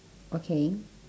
okay